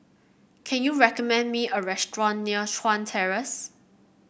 can you recommend me a restaurant near Chuan Terrace